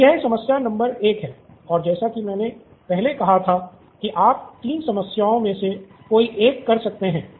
तो यह समस्या नंबर एक है और जैसा की मैंने पहले कहा था कि आप तीन समस्याओं में से कोई एक कर सकते हैं